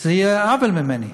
זה יהיה עוול ממני.